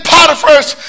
Potiphar's